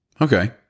Okay